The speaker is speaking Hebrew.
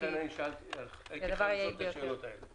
לכן שאלתי את השאלות הללו.